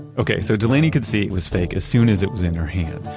okay, so delaney could see it was fake as soon as it was in her hand,